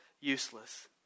useless